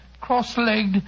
cross-legged